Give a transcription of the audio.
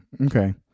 okay